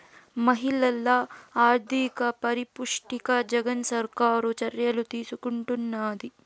మహిళల ఆర్థిక పరిపుష్టికి జగన్ సర్కారు చర్యలు తీసుకుంటున్నది